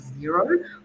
zero